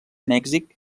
mèxic